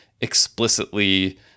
explicitly